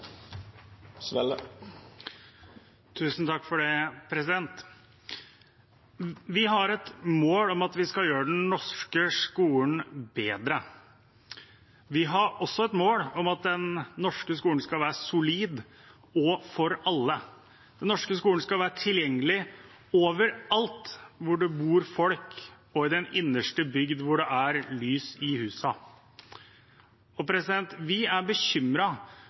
Vi har et mål om at vi skal gjøre den norske skolen bedre. Vi har også et mål om at den norske skolen skal være solid og for alle. Den norske skolen skal være tilgjengelig overalt hvor det bor folk og i den innerste bygd hvor det er lys i husene. Vi er